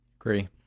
Agree